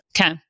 Okay